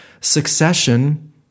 Succession